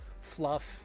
fluff